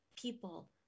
people